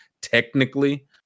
technically